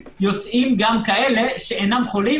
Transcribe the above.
יוצאים גם כאלה שאינם חולים.